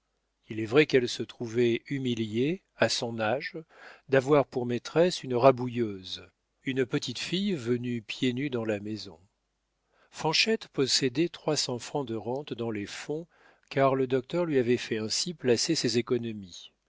il est vrai qu'elle se trouvait humiliée à son âge d'avoir pour maîtresse une rabouilleuse une petite fille venue pieds nus dans la maison fanchette possédait trois cents francs de rente dans les fonds car le docteur lui avait fait ainsi placer ses économies